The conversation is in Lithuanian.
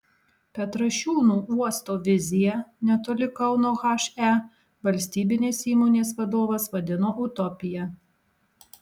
petrašiūnų uosto viziją netoli kauno he valstybinės įmonės vadovas vadino utopija